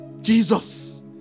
Jesus